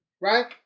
right